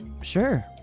sure